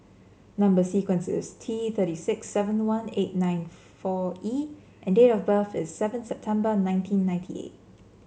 number sequence is T thirty six seven one eight nine four E and date of birth is seven September nineteen ninety eight